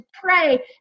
pray